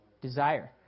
Desire